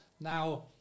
Now